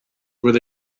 where